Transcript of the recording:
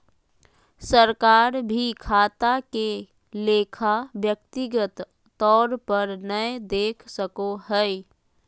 सरकार भी खाता के लेखा व्यक्तिगत तौर पर नय देख सको हय